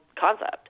concept